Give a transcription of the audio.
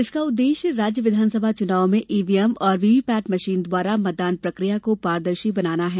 इसका उद्देश्य राज्य विधानसभा चुनाव में ईव्हीएम और व्हीव्हीपैट मशीन द्वारा मतदान प्रक्रिया को पारदर्शी बनाना है